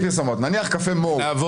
מי נמנע?